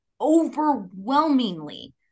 overwhelmingly